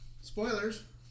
Spoilers